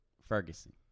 Ferguson